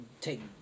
take